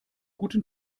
guten